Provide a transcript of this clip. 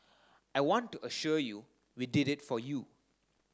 I want to assure you we did it for you